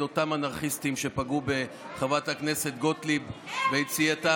אותם אנרכיסטים שפגעו בחברת הכנסת גוטליב ביציאתה.